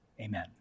Amen